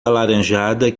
alaranjada